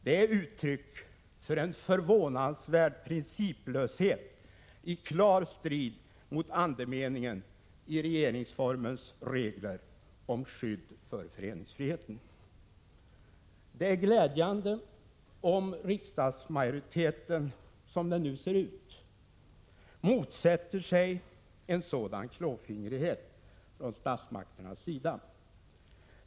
Det är uttryck för en förvånansvärd principlöshet i klar strid mot andemeningen i regeringsformens regler om skydd för föreningsfriheten. Det är glädjande om riksdagsmajoriteten, som det nu ser ut, motsätter sig en sådan klåfingrighet från statsmakternas sida.